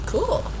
Cool